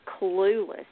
clueless